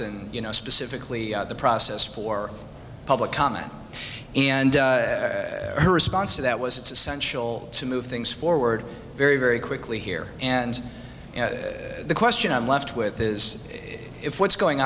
and you know specifically the process for public comment and response to that was it's essential to move things forward very very quickly here and the question i'm left with is if what's going